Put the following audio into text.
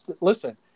Listen